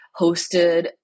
hosted